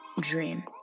Dream